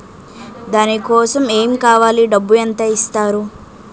దాని కోసం ఎమ్ కావాలి డబ్బు ఎంత ఇస్తారు?